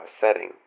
setting